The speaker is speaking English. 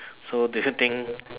so do you think